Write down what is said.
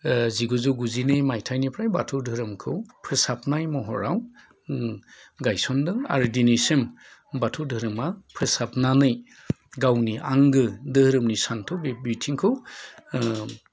जिगुजौ गुजिनै माइथायनिफ्राय बाथौ धोरोमखौ फोसाबनाय महराव गायसनदों आरो दिनैसिम बाथौ धोरोमा फोसाबनानै गावनि आंगो धोरोमनि सान्थौ बे बिथिंखौ ओ